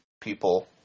people